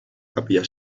capilla